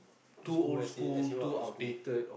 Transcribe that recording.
school as in as in what old school